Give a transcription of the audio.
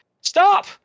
Stop